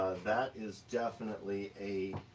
that is definitely a.